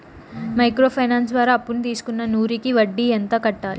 Micro finance ద్వారా అప్పును తీసుకున్న నూరు కి వడ్డీ ఎంత కట్టాలి?